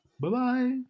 Bye-bye